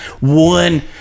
one